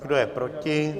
Kdo je proti?